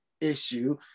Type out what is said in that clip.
issue